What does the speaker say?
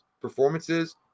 performances